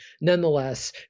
Nonetheless